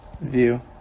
View